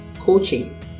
coaching